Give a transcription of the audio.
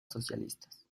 socialistas